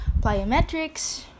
plyometrics